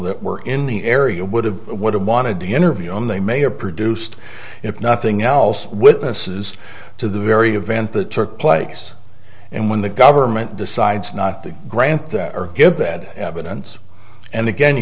that were in the area would have would have wanted to interview him they may or produced if nothing else witnesses to the very event that took place and when the government decides not to grant that or give that evidence and again you